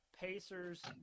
Pacers